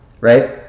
Right